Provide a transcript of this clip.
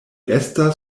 estas